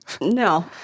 No